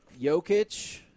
Jokic